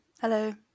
Hello